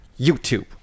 youtube